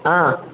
ஆ